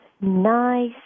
Nice